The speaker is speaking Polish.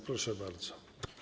Proszę bardzo.